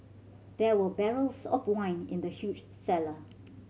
there were barrels of wine in the huge cellar